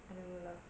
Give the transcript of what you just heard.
I don't know lah